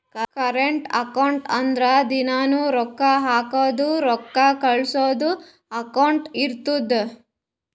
current account ಅಂದುರ್ ದಿನಾನೂ ರೊಕ್ಕಾ ಹಾಕದು ರೊಕ್ಕಾ ಕಳ್ಸದು ಅಕೌಂಟ್ ಇರ್ತುದ್